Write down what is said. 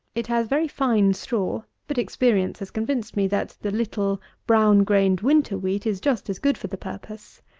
it has very fine straw but experience has convinced me, that the little brown-grained winter wheat is just as good for the purpose.